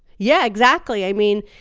yeah, exactly. i mean,